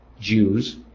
Jews